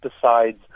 decides